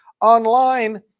online